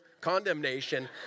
condemnation